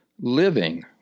living